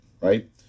right